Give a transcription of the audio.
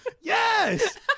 yes